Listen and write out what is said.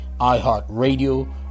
iHeartRadio